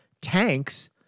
tanks